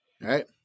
right